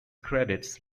credits